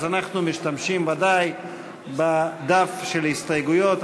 אז אנחנו משתמשים ודאי בדף של ההסתייגויות,